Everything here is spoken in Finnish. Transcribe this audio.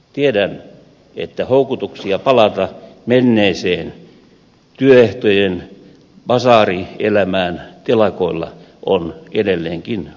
tiedän että houkutuksia palata menneeseen työehtojen basaarielämään telakoilla on edelleenkin olemassa